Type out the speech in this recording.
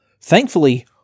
thankfully